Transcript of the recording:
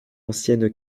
ancienne